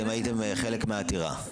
אתם הייתם חלק מהעתירה.